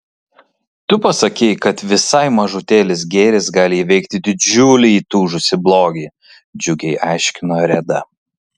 tu pasakei kad visai mažutėlis gėris gali įveikti didžiulį įtūžusį blogį džiugiai aiškino reda